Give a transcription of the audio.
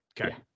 okay